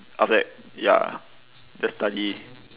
after that ya just study